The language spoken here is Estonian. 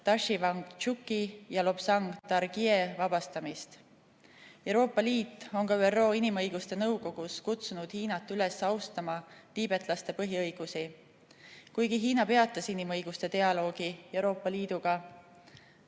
Tashi Wangchuki ja Lobsang Dargye vabastamist. Euroopa Liit on ka ÜRO Inimõiguste Nõukogus kutsunud Hiinat üles austama tiibetlaste põhiõigusi. Kuigi Hiina peatas inimõiguste dialoogi Euroopa Liiduga,